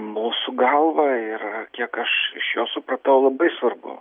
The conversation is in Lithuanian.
mūsų galva ir kiek aš iš jo supratau labai svarbu